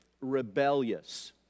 rebellious